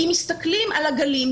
אם מסתכלים על הגלים,